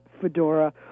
fedora